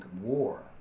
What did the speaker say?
war